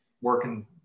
working